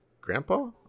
grandpa